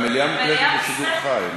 המליאה משודרת בשידור חי,